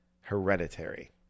hereditary